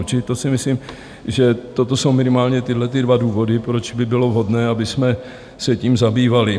Čili to si myslím, že toto jsou minimálně tyhlety dva důvody, proč by bylo vhodné, abychom se tím zabývali.